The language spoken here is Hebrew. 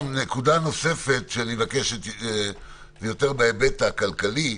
נקודה נוספת, יותר בהיבט הכלכלי.